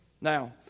Now